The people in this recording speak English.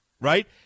right